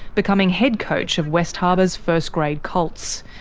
becoming head coach of west harbour's first grade colts.